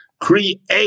create